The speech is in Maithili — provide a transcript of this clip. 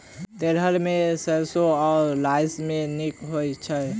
तेलहन मे सैरसो आ राई मे केँ नीक होइ छै?